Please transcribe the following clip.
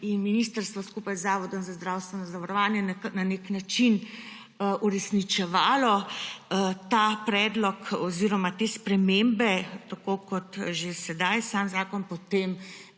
in ministrstvo skupaj z Zavodom za zdravstveno zavarovanje na nek način uresničevala ta predlog oziroma te spremembe, tako kot že sedaj sam zakon,